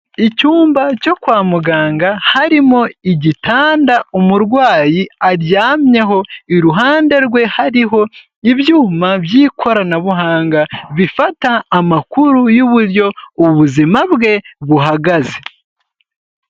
Icyumba cyo kwa muganga harimo igitanda umurwayi aryamyeho, iruhande rwe hariho ibyuma by'ikoranabuhanga bifata amakuru y'uburyo ubuzima bwe buhagaze.